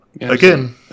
Again